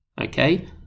Okay